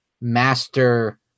master